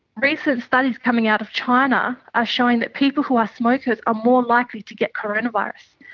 recent studies coming out of china are showing that people who are smokers are more likely to get coronavirus,